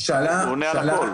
הוא עונה על הכול.